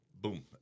boom